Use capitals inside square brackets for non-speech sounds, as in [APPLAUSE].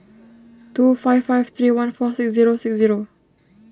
[NOISE] two five five three one four six zero six zero